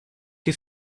que